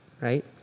right